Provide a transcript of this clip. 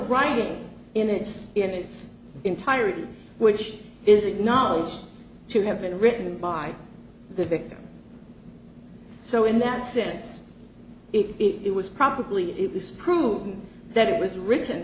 writing in its in its entirety which is acknowledged to have been written by the victors so in that sense it was probably it was proven that it was written